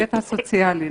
ההיבט הסוציאלי.